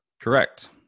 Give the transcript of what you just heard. Correct